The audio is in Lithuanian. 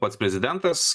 pats prezidentas